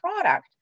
product